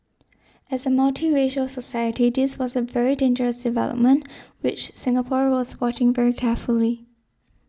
as a multiracial society this was a very dangerous development which Singapore was watching very carefully